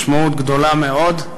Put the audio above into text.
משמעות גדולה מאוד,